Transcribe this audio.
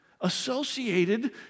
associated